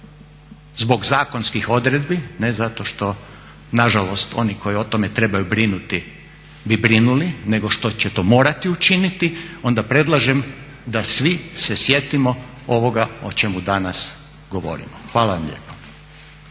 zbog zakonskih odredbi ne zato što nažalost oni koji o tome trebaju brinuti bi brinuli nego što će to morati učiniti i onda predlažem da svi se sjetimo ovoga o čemu danas govorimo. Hvala vam lijepo.